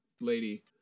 lady